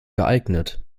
geeignet